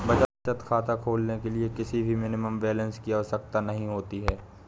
बचत खाता खोलने के लिए किसी भी मिनिमम बैलेंस की आवश्यकता नहीं होती है